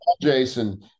jason